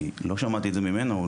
אני לא שמעתי את זה ממנו.